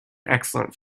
excellent